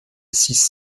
six